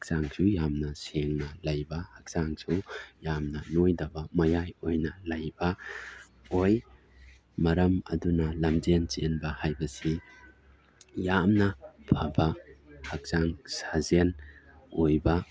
ꯍꯛꯆꯥꯡꯁꯨ ꯌꯥꯝꯅ ꯁꯦꯡꯅ ꯂꯩꯕ ꯍꯛꯆꯥꯡꯁꯨ ꯌꯥꯝꯅ ꯅꯣꯏꯗꯕ ꯃꯌꯥꯏ ꯑꯣꯏꯅ ꯂꯩꯕ ꯑꯣꯏ ꯃꯔꯝ ꯑꯗꯨꯅ ꯂꯝꯖꯦꯟ ꯆꯦꯟꯕ ꯍꯥꯏꯕꯁꯤ ꯌꯥꯝꯅ ꯐꯕ ꯍꯛꯆꯥꯡ ꯁꯥꯖꯦꯜ ꯑꯣꯏꯕ